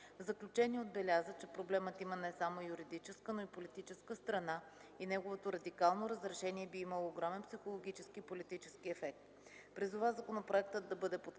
заключение отбеляза, че проблемът има не само юридическа, но и политическа страна и неговото радикално разрешение би имало огромен психологически и политически ефект.